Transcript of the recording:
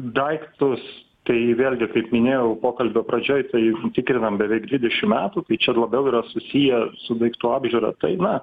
daiktus tai vėlgi kaip minėjau pokalbio pradžioj tai tikrinam beveik dvidešimt metų tai čia labiau yra susiję su daiktų apžiūra tai na